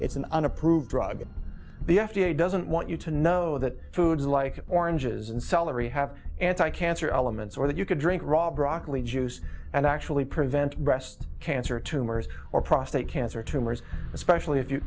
it's an unapproved drug the f d a doesn't want you to know that foods like oranges and celery have anti cancer elements or that you can drink raw broccoli and actually prevent breast cancer tumors or prostate cancer tumors especially if you